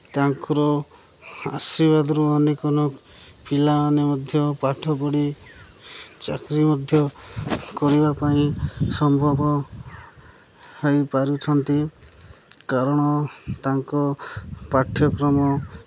ତାଙ୍କର ଆଶୀର୍ବାଦରୁ ଅନେକ ପିଲାମାନେ ମଧ୍ୟ ପାଠ ପଢ଼ି ଚାକିରି ମଧ୍ୟ କରିବା ପାଇଁ ସମ୍ଭବ ହେଇପାରୁଛନ୍ତି କାରଣ ତାଙ୍କ ପାଠ୍ୟକ୍ରମ